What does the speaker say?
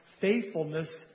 faithfulness